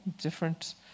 different